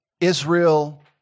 Israel